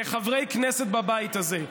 כחברי כנסת בבית הזה,